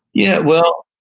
yeah. well,